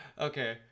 Okay